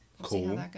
Cool